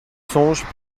songes